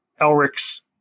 Elric's